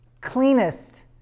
cleanest